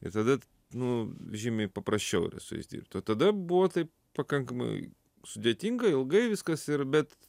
ir tada nu žymiai paprasčiau yra su jais dirbt o tada buvo taip pakankamai sudėtinga ilgai viskas ir bet